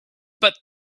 but